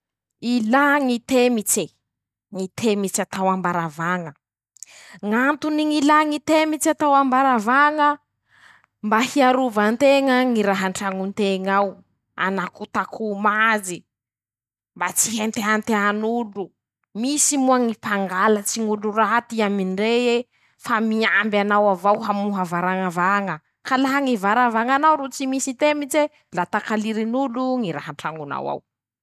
Ilà ñy temitse, ñy temitse atao ambaravaña, ñ'antony ñ'ilà ñy temitse atao ambaravaña: -Mba hiarova nteña ñy raha antraño nteñ'ao, hanakotakom'azy mba tsy henteantean'olo, misy moa ñy mpangalatsy ñ'olo raty amindreye fa miamby anao avao hamoha varañavaña, ka la varavañanao ro tsy misy temitse la takalirin'olo ñy raha antrañonao ao.